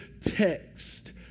text